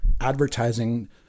advertising